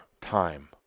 time